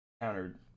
countered